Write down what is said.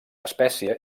espècie